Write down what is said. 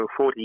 40